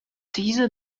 diese